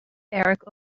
eric